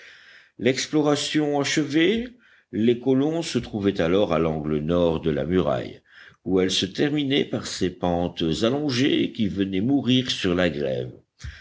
l'exploration achevée les colons se trouvaient alors à l'angle nord de la muraille où elle se terminait par ces pentes allongées qui venaient mourir sur la grève